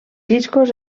discos